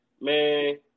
Man